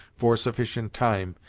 for a sufficient time,